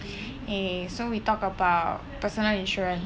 okay so we talk about personal insurance